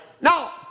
Now